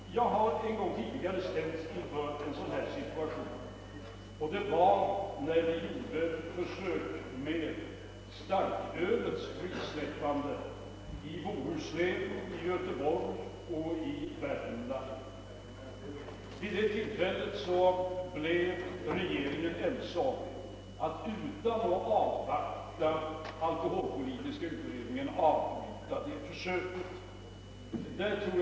Jag har vid ett tidigare tillfälle ställts inför en liknande situation, nämligen när det gjordes ett försök med frisläppande av starkölet i Bohuslän, Göteborg och Värmland. Vid detta tillfälle blev vi inom regeringen ense om att avbryta försöket utan att avvakta resultatet av alkoholpolitiska utredningen.